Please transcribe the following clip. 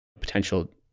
potential